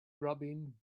grubbing